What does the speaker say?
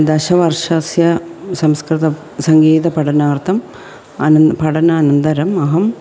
दशवर्षस्य संस्कृतसङ्गीतपठनार्थम् अनन्तरं पठनम् अनन्तरम् अहं